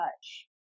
touch